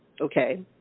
Okay